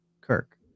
Kirk